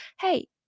Hey